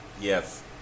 Yes